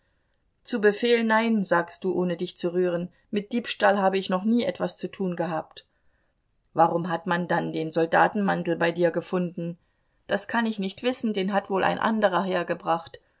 zu befehl nein sagst du ohne dich zu rühren mit diebstahl habe ich noch nie was zu tun gehabt warum hat man dann den soldatenmantel bei dir gefunden das kann ich nicht wissen den hat wohl ein anderer hergebracht